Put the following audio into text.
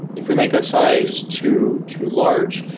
if we make that size too too large,